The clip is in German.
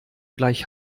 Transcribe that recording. gleich